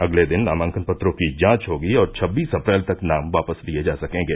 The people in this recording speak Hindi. अगले दिन नामांकन पत्रों की जांच होगी और छब्बीस अप्रैल तक नाम वापस लिये जा सकेंगे